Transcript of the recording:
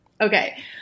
okay